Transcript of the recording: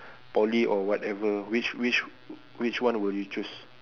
poly or whatever which which which one would you choose